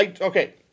Okay